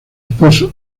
esposo